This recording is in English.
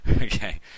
Okay